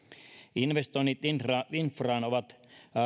investoinnit infraan ovat